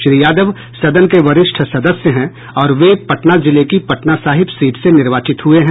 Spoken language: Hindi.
श्री यादव सदन के वरिष्ठ सदस्य हैं और वे पटना जिले की पटना साहिब सीट से निर्वाचित हुए हैं